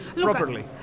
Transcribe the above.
properly